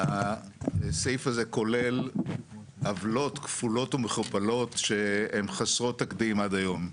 הסעיף הזה כולל עוולות כפולות ומכופלות שהן חסרות תקדים עד היום.